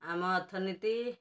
ଆମ ଅର୍ଥନୀତି